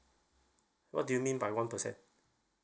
what do you mean by one percent